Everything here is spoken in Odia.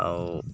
ଆଉ